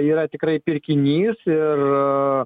yra tikrai pirkinys ir